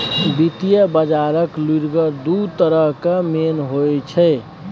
वित्तीय बजारक लुरिगर दु तरहक मेन होइ छै